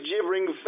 gibbering